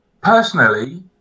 Personally